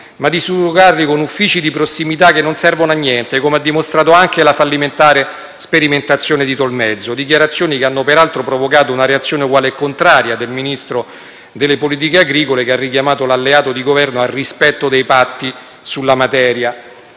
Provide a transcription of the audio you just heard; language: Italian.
ma di surrogarli con uffici di prossimità che non servono a niente, come ha dimostrato anche la fallimentare sperimentazione di Tolmezzo. Tali dichiarazioni hanno peraltro provocato una reazione uguale e contraria del Ministero delle politiche agricole, alimentari, forestali e del turismo, che ha richiamato l'alleato di Governo al rispetto dei patti sulla materia.